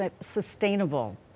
sustainable